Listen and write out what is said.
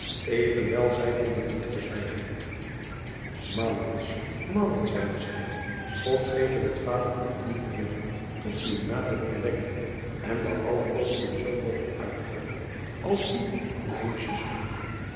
zij kon het niet verzwijgen zeide zij od geve dat vader nu niet meerder tot uw nadeel ontdekke en dat alle pogingen zoo mogen uitvallen als die van mijne zuster